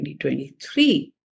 2023